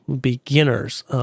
beginners